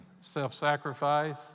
self-sacrifice